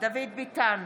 דוד ביטן,